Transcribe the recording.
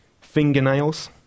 Fingernails